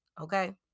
okay